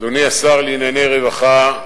אדוני השר לענייני רווחה,